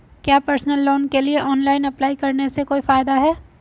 क्या personal loan के लिए ऑनलाइन अप्लाई करने से कोई फायदा है?